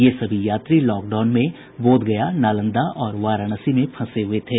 ये सभी यात्री लॉकडाउन में बोधगया नालंदा और वाराणसी में फंसे हुए थे